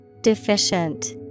Deficient